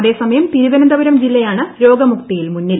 അതേസമയം തിരുവനന്തപുരം ജില്ലയാണ് രോഗമുക്തിയിൽ മുന്നിൽ